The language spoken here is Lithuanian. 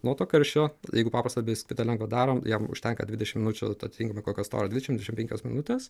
nuo to karščio jeigu paprastą biskvitą lengvą darom jam užtenka dvidešim minučių atitinkamai kokio storio dvidešim dvidešim penkios minutės